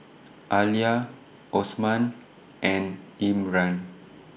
Alya Osman and Imran